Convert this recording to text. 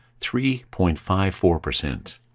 3.54%